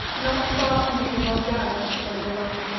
not far from him was gyas laid along,